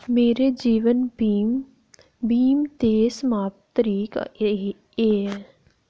मेरे जीवन बीमा बीमे दी समाप्त तरीक केह् ऐ